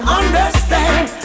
understand